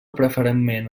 preferentment